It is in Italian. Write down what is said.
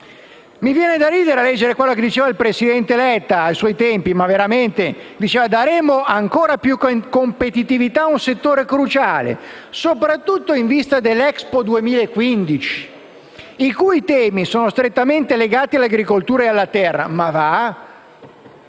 Mi viene da ridere nel leggere quello che diceva il presidente Letta. Diceva che avreste dato ancora più competitività a un settore cruciale, soprattutto in vista dell'Expo 2015, i cui temi erano strettamente legati all'agricoltura e alla terra. Sempre